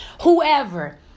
whoever